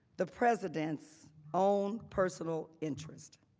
the presidents own personal interests.